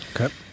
Okay